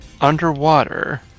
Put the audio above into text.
underwater